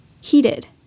heated